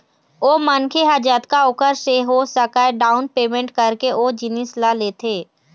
ओ मनखे ह जतका ओखर से हो सकय डाउन पैमेंट करके ओ जिनिस ल लेथे